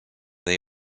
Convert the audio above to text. they